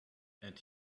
and